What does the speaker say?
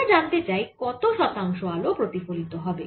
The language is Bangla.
আমরা জানতে চাই কত শতাংশ আলো প্রতিফলিত হবে